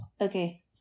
Okay